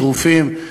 טרופים,